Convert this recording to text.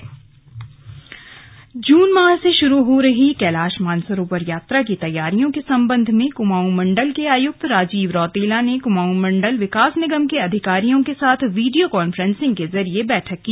slug Kumaon आयुक्त जून माह से शुरू हो रही कैलाश मानसरोवर यात्रा की तैयारियों के सम्बन्ध में कुमाऊं मंडल के आयुक्त राजीव रौतेला ने कुमाऊं मण्डल विकास निगम के अधिकारियों के साथ वीडियो कॉन्फ्रेंसिंग के जरिए बैठक की